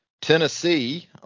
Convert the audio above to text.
Tennessee